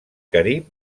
carib